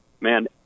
man